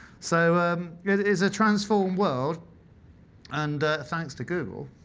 so um it is a transformed world and thanks to google.